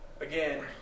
again